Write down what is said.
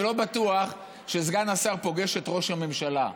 אני לא בטוח שסגן השר פוגש את ראש הממשלה.